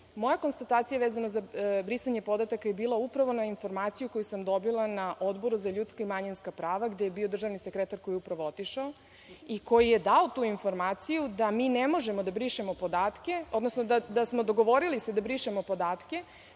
Moja konstatacija vezana za brisanje podataka je bila upravo na informaciju koju sam dobila na Odboru za ljudska i manjinska prava, gde je bio državni sekretar, koji je upravo otišao, i koji je dao tu informaciju da mi ne možemo da brišemo podatke, odnosno da smo dogovorili se da brišemo podatke